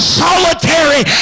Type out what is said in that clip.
solitary